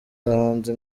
bahanzi